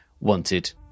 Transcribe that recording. wanted